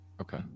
Okay